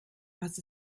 was